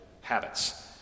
habits